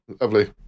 lovely